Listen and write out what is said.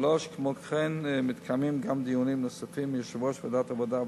3. כמו כן מתקיימים גם דיונים נוספים עם יושב-ראש ועדת העבודה,